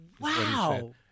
Wow